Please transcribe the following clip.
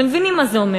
אתם מבינים מה זה אומר?